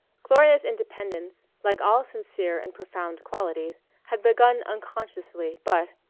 gloria's independence, like all sincere and profound qualities, had begun unconsciously, but,